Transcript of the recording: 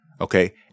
okay